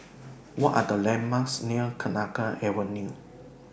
What Are The landmarks near Kenanga Avenue